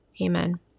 Amen